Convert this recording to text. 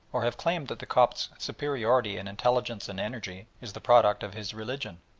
or have claimed that the copt's superiority in intelligence and energy is the product of his religion.